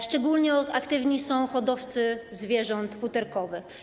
Szczególnie aktywni są hodowcy zwierząt futerkowych.